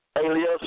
alias